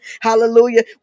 Hallelujah